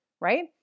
right